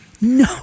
No